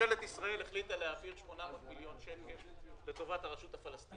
שממשלת ישראל החליטה להעביר 800 מיליון שקלים לטובת הרשות הפלסטינית.